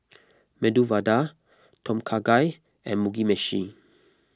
Medu Vada Tom Kha Gai and Mugi Meshi